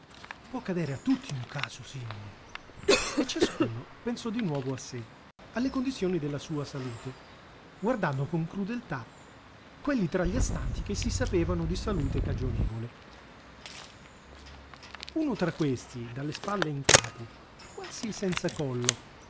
può accadere a tutti un caso simile e ciascuno pensò di nuovo a sé alle condizioni della sua salute guardando con crudeltà quelli tra gli astanti che si sapevano di salute cagionevole uno tra questi dalle spalle in capo quasi senza collo